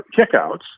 kickouts